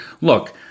Look